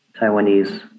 Taiwanese